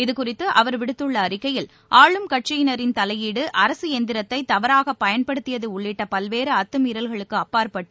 இதுகுறித்து அவர் விடுத்துள்ள அறிக்கையில் ஆளும் கட்சியினரின் தலையீடு அரசு எந்திரத்தை தவறாக பயன்படுத்தியது உள்ளிட்ட பல்வேறு அத்துமீறல்களுக்கு அப்பாற்பட்டு